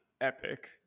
epic